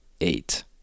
eight